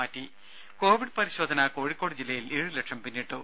രും കോവിഡ് പരിശോധന കോഴിക്കോട് ജില്ലയിൽ ഏഴുലക്ഷം പിന്നിട്ടു